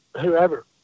whoever